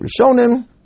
Rishonim